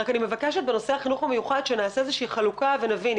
אני רק מבקשת שבנושא החינוך המיוחד נעשה איזושהי חלוקה ונבין.